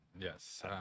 Yes